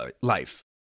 life